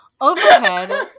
overhead